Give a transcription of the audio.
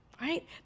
right